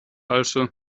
also